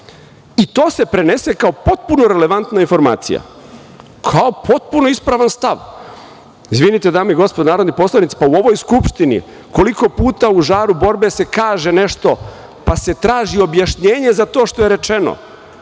To se prenese kao potpuno relevantna informacija, kao potpuno ispravan stav. Izvinite, dame i gospodo narodni poslanici, u ovoj Skupštini koliko puta u žaru borbe se kaže nešto, pa se traži objašnjenje za to što je rečeno,